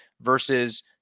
versus